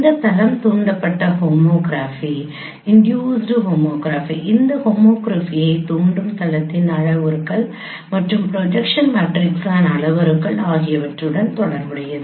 இந்த தளம் தூண்டப்பட்ட ஹோமோகிராஃபி இந்த ஹோமோகிராஃபியைத் தூண்டும் தளத்தின் அளவுருக்கள் மற்றும் ப்ரொஜெக்ஷன் மேட்ரிக்ஸின் அளவுருக்கள் ஆகியவற்றுடன் தொடர்புடையது